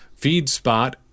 Feedspot